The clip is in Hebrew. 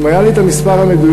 אם היה לי המספר המדויק,